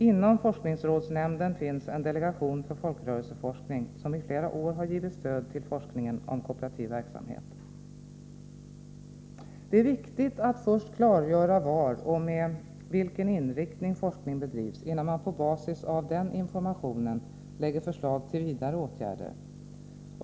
Inom P forskningsrådsnämnden finns en delegation för folkrörelseforskning, som i å ASSR a A å Kooperationens flera år givit stöd till forskningen om kooperativ verksamhet. kapitalförsörjnin Det är viktigt att först klargöra var och med vilken inriktning forskning öm Hesa bedrivs, innan man på basis av den informationen lägger förslag till vidare åtgärder.